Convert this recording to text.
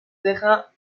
terrains